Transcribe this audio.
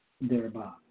thereby